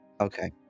Okay